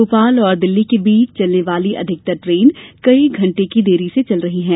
भोपाल और दिल्ली के बीच चलने वाली अधिकतर ट्रेन कई घंटे की देरी से चल रही है